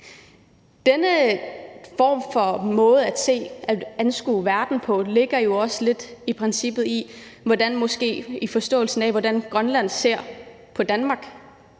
Denne måde at anskue verden på ligger også lidt i forståelsen af, hvordan Grønland ser på Danmark.